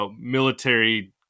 military